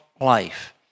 life